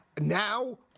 now